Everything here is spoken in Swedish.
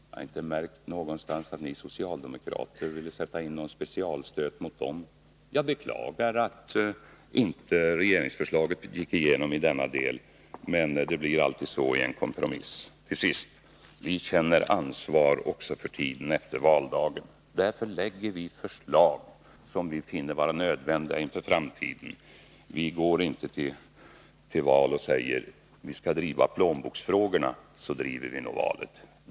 Jag har inte märkt att ni socialdemokrater har velat sätta in någon specialstöt. Jag beklagar att inte regeringsförslaget gick igenom i denna del, men det blir ju alltid så vid en kompromiss. Till sist, vi känner också ansvar efter valdagen. Därför lägger vi fram förslag som vi finner vara nödvändiga med tanke på framtiden. Vi går inte till val och säger: Driver vi plånboksfrågorna, skall vi nog vinna valet.